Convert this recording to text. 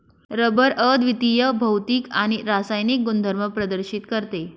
rubber अद्वितीय भौतिक आणि रासायनिक गुणधर्म प्रदर्शित करते